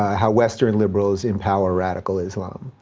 how western liberals empower radical islam.